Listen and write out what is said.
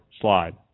slide